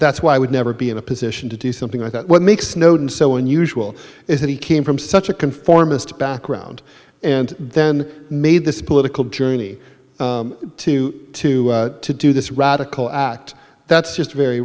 that's why i would never be in a position to do something like that what makes snowden so unusual is that he came from such a conformist background and then made this political journey to to to do this radical act that's just very